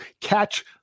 catch